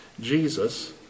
Jesus